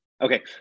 Okay